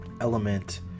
element